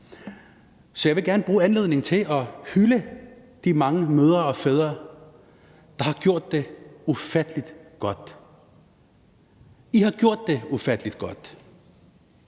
Så jeg vil gerne bruge anledningen til at hylde de mange mødre og fædre, der har gjort det ufattelig godt. I har gjort det ufattelig godt.